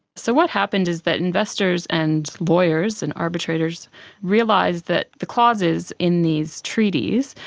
so, what happened is that investors and lawyers and arbitrators realised that the clauses in these treaties,